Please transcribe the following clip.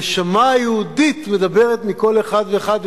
הנשמה היהודית מדברת מכל אחד ואחד,